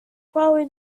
probably